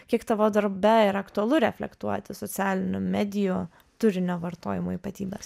kiek tavo darbe yra aktualu reflektuoti socialinių medijų turinio vartojimo ypatybes